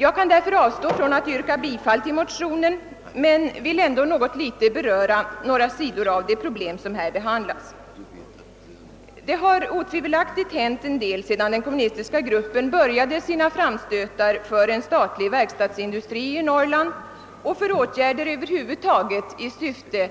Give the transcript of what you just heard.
Jag kan därför avstå från att yrka bifall till motionen men vill ändå något litet beröra några sidor av problemet. Det har otvivelaktigt hänt en del sedan den kommunistiska gruppen började sina framstötar för en statlig verkstadsindustri i Norrland och för åtgärder över huvud taget i syfte